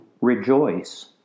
rejoice